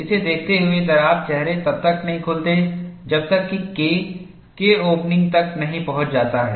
इसे देखते हुए दरार चेहरे तब तक नहीं खुलते हैं जब तक कि K K ओपनिंग तक नहीं पहुंच जाता है